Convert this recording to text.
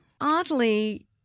Oddly